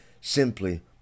simply